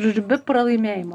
žodžiu be pralaimėjimo